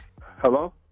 Hello